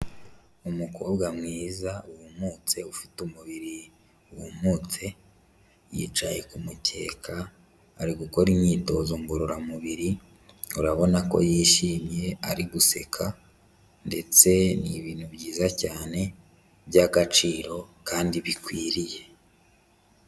Umukobwa mwiza wumutse ufite umubiri wumutse, yicaye ku mukeka ari gukora imyitozo ngororamubiri, urabona ko yishimye ari guseka, ndetse ni ibintu byiza cyane by'agaciro kandi bikwiriye.